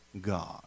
God